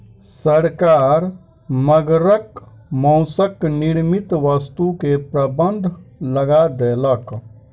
सरकार मगरक मौसक निर्मित वस्तु के प्रबंध लगा देलक